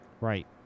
Right